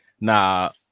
now